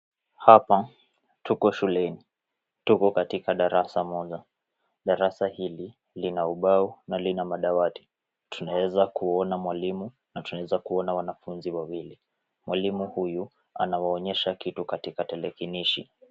Hapa tuko shuleni, tuko katika darasa moja, darasa hili lina ubao na lina madawati, tunaweza kuona mwalimu na tunaweza kuona wanafunzi wawili, mwalimu huyu anawaonyesha kitu katika tarakilishi.